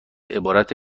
عبارت